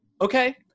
okay